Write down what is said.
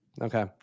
Okay